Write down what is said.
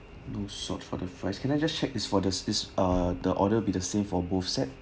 no salt for the fries can I just check is for the is uh the order will be the same for both set